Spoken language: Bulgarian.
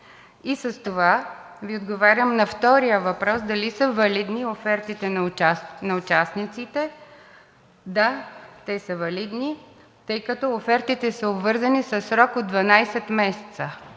г. С това Ви отговарям на втория въпрос: дали са валидни офертите на участниците – да, те са валидни, тъй като офертите са обвързани със срок от 12 месеца.